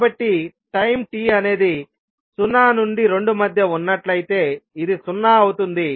కాబట్టి time t అనేది 0 నుండి 2 మధ్య ఉన్నట్లయితేఇది 0 అవుతుంది